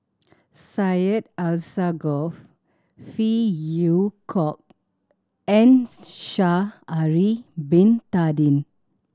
Syed Alsagoff Phey Yew Kok and Sha'ari Bin Tadin